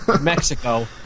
Mexico